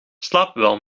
slaapwel